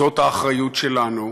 זאת האחריות שלנו,